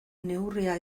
neurria